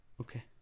Okay